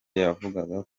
yavugaga